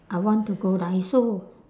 I want to go daiso